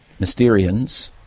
Mysterians